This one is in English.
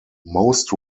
most